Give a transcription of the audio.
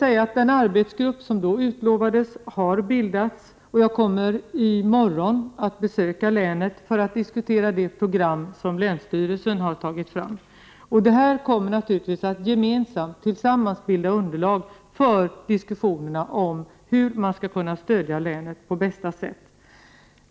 säga att den arbetsgrupp som då utlovades nu har bildats, och jag kommer i morgon att besöka länet för att diskutera det program som länsstyrelsen har tagit fram. Detta kommer naturligtvis att bilda underlag för diskussionerna om hur man skall kunna stödja länet på bästa sätt.